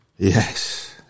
Yes